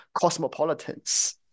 cosmopolitans